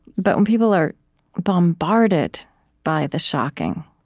but when people are bombarded by the shocking